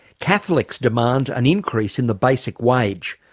catholics demand an increase in the basic wage.